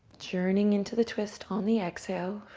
journeying into the twist on the exhale.